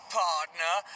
partner